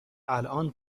الان